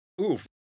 Oof